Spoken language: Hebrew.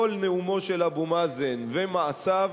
כל נאומו של אבו מאזן ומעשיו,